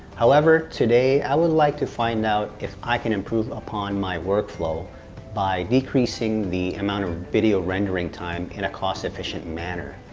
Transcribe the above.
however today, i would like to find out if i can improve upon my workflow by decreasing the amount of video rendering time in a cost-efficient manner.